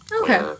Okay